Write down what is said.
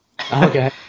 Okay